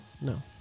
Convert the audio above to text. No